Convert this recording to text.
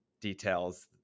details